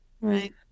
Right